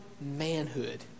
manhood